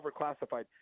overclassified